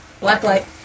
Blacklight